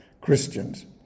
Christians